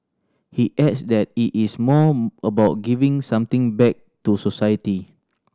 he adds that it is more about giving something back to society